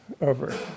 over